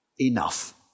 enough